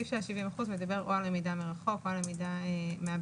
הסעיף של ה-70 אחוזים מדבר או על למידה מרחוק או על למידה מהבית.